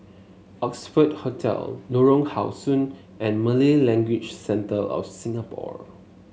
Oxford Hotel Lorong How Sun and Malay Language Centre of Singapore